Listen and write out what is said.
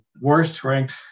worst-ranked